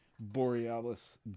borealis